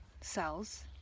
cells